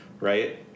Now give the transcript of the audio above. right